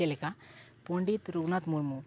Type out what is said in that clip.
ᱪᱮᱫ ᱞᱮᱠᱟ ᱯᱚᱱᱰᱤᱛ ᱨᱟᱹᱜᱷᱩᱱᱟᱛᱷ ᱢᱩᱨᱢᱩ